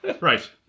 Right